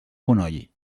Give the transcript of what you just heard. fonoll